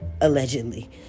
allegedly